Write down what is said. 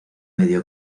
medio